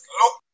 look